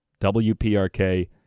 WPRK